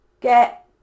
get